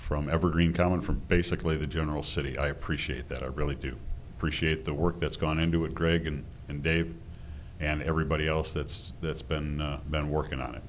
from evergreen coming from basically the general city i appreciate that i really do appreciate the work that's gone into it greg and and dave and everybody else that's that's been the been